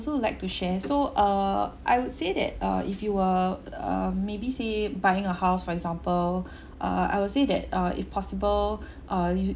also like to share so err I would say that uh if you were uh maybe say buying a house for example uh I will say that uh if possible uh